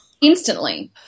instantly